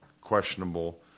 questionable